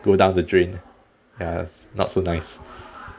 go down the drain ya not so nice